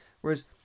whereas